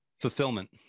Fulfillment